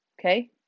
Okay